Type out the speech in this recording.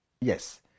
Yes